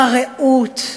ברעות,